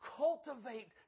cultivate